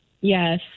Yes